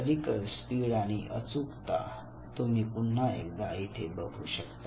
clerical speed आणि अचूकता तुम्ही पुन्हा एकदा येथे बघू शकता